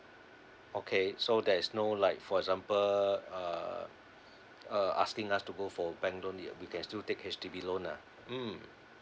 okay so there's no like for example uh uh asking us to go for bank loan we can still take H_D_B loan ah mm